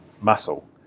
muscle